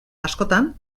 askotan